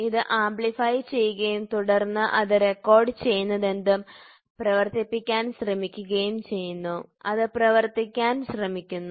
ഇത് ആംപ്ലിഫയ് ചെയ്യുകയും തുടർന്ന് അത് റെക്കോർഡുചെയ്തതെന്തും പ്രവർത്തിപ്പിക്കാൻ ശ്രമിക്കുകയും ചെയ്യുന്നു അത് പ്രവർത്തിക്കാൻ ശ്രമിക്കുന്നു